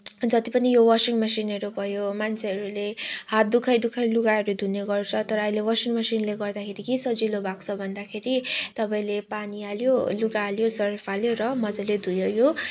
जति पनि यो वासिङ मसिनहरू भयो मान्छेहरूले हात दुखाई दुखाई लुगाहरू धुनेगर्छ तर अहिले वासिङ मसिनले गर्दाखेरि के सजिलो भएको छ भन्दाखेरि तपाईँले पानी हाल्यो लुगा हाल्यो सर्फ हाल्यो र मजाले धोयो यो